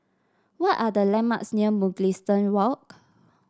what are the landmarks near Mugliston Walk